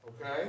Okay